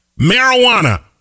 marijuana